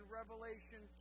revelation